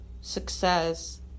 success